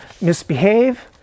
misbehave